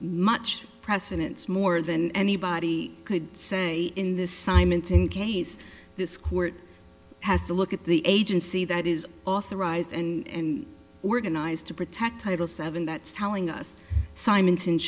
much precedence more than anybody could say in this simonton case this court has to look at the agency that is authorized and organized to protect title seven that's telling us simon